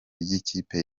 ry’ikipe